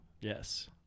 yes